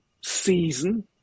season